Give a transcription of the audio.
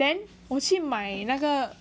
then 我去买那个